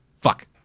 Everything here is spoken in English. Fuck